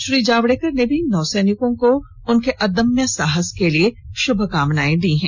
श्री जावड़ेकर ने भी नौसैनिकों को उनके अदम्य साहस के लिए शुभकामनाएं दी हैं